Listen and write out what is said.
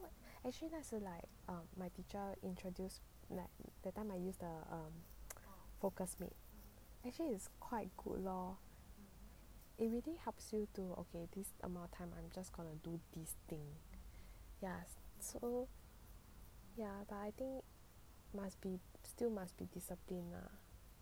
actually 那时 like um my teacher introduce like that time I use the focus me actually is quite good lor it really helps you to okay this amount of time I'm just gonna do this thing ya so ya but I think must be still must be discipline